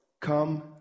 come